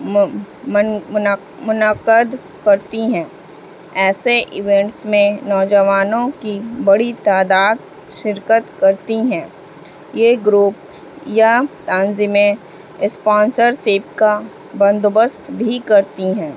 منعقد کرتی ہیں ایسے ایونٹس میں نوجوانوں کی بڑی تعداد شرکت کرتی ہیں یہ گروپ یا تنظیمیں اسپانسرسپ کا بندوبست بھی کرتی ہیں